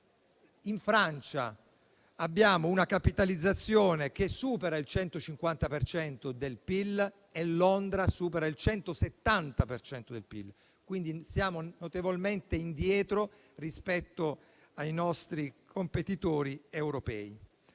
in Francia abbiamo una capitalizzazione che supera il 150 per cento del PIL e Londra supera il 170 per cento del PIL: quindi, siamo notevolmente indietro rispetto ai nostri competitori europei.